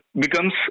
becomes